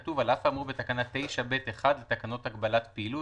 כתוב: "על אף האמור בתקנה 9(ב)(1) לתקנות הגבלת הפעילות".